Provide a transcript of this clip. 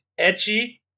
etchy